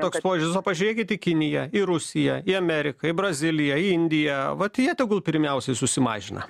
toks požiūris o pažiūrėkit į kiniją į rusiją į ameriką į braziliją į indiją vat jie tegul pirmiausiai susimažina